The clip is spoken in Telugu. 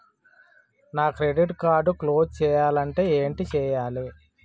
నా క్రెడిట్ కార్డ్ క్లోజ్ చేయాలంటే ఏంటి చేయాలి?